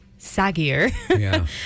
saggier